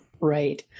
right